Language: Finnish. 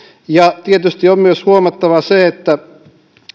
tietysti on myös huomattava se että